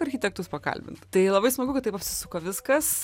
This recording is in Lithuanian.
architektus pakalbint tai labai smagu kad taip apsisuko viskas